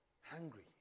hungry